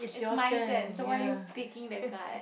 it's my turn so why are you taking the card